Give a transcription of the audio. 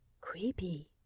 Creepy